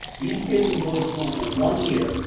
these kids can go to school for one year.